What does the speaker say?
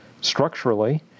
structurally